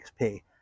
XP